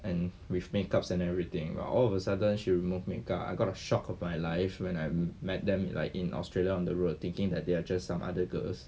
and with makeups and everything but all of a sudden she remove makeup I got a shock of my life when I met them like in australia on the road thinking that they are just some other girls